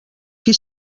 qui